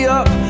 up